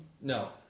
No